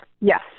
Yes